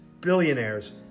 billionaires